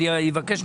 תודה.